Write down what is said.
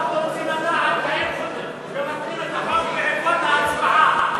אנחנו רוצים לדעת אם מבטלים את החוק בעקבות ההצבעה.